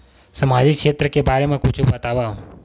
सामजिक क्षेत्र के बारे मा कुछु बतावव?